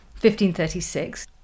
1536